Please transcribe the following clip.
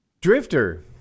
Drifter